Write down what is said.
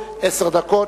עשר דקות,